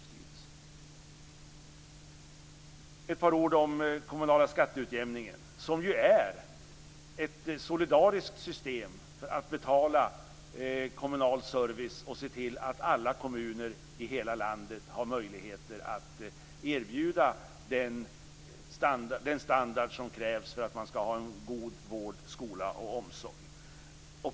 Låt mig också säga ett par ord om den kommunala skatteutjämningen. Den är ju ett solidariskt system för att betala kommunal service och se till att alla kommuner i hela landet har möjligheter att erbjuda den standard som krävs för att man skall ha en god vård, skola och omsorg.